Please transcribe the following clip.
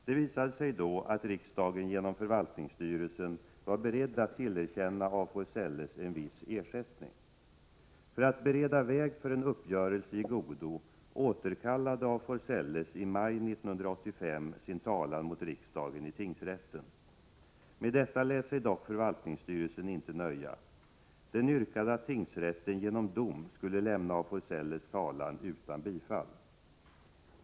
Det visade sig då att riksdagen genom förvaltningsstyrelsen var beredd att tillerkänna af Forselles en viss ersättning. För att bereda väg för en uppgörelse i godo återkallade af Forselles i maj 1985 sin talan mot riksdagen i tingsrätten. Med detta lät sig dock förvaltningsstyrelsen inte nöja. Den yrkade att tingsrätten genom dom skulle lämna af Forselles talan utan bifall.